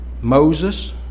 Moses